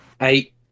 Eight